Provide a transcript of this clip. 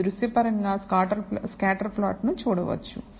మీరు దృశ్యపరంగా స్కాటర్ ప్లాట్ను గీయవచ్చు